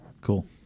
Cool